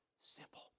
simple